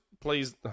Please